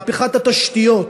מהפכת התשתיות.